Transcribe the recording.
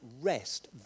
rest